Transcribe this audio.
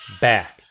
back